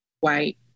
white